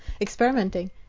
experimenting